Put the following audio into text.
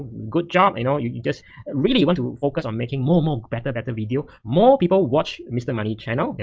good job. you know, you just really want to focus on making more, more, better, better videos. more people watch mr money tv channel, and